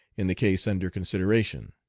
in the case under consideration.